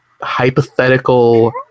hypothetical